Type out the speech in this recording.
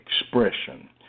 expression